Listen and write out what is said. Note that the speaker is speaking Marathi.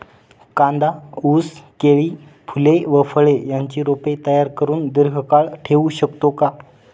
कांदा, ऊस, केळी, फूले व फळे यांची रोपे तयार करुन दिर्घकाळ ठेवू शकतो का?